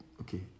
Okay